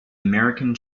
american